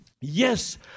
Yes